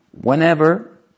Whenever